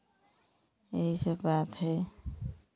यही सब बात है